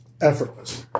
effortless